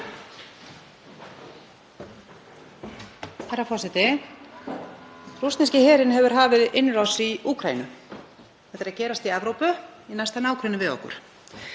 Herra forseti. Rússneski herinn hefur hafið innrás í Úkraínu. Þetta er að gerast í Evrópu í næsta nágrenni við okkur.